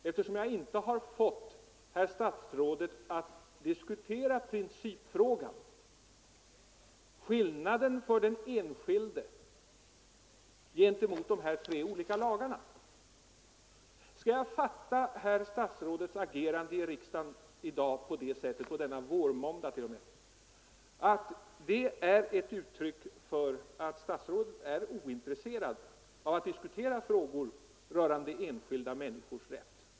Eftersom jag inte har fått herr statsrådet att diskutera principfrågan, dvs. skillnaden i behandling vid iakttagande av den enskildes rätt och andra intressen vid tillämpningen av de tre olika lagarna, skall jag då fatta herr statsrådets agerande i riksdagen i dag — på denna vårmåndag dessutom — så, att det är ett uttryck för att statsrådet är ointresserad av att diskutera frågor rörande enskilda människors rätt?